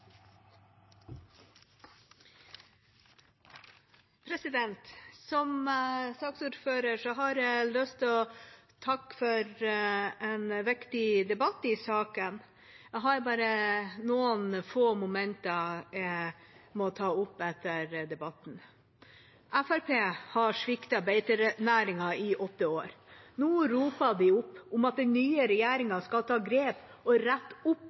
Som saksordfører har jeg lyst til å takke for en viktig debatt i saken. Jeg har bare noen få momenter jeg må ta opp på slutten av debatten. Fremskrittspartiet har sviktet beitenæringen i åtte år. Nå roper de opp om at den nye regjeringa skal ta grep og rette opp